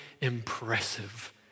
impressive